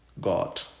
God